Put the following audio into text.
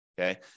okay